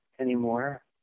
anymore